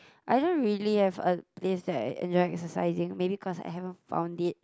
I don't really have a place that I enjoy exercising maybe cause I haven't found it